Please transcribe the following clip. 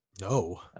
No